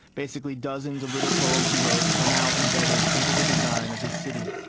basically, dozens of little poems he wrote are now embedded into the design of his city